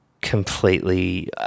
completely –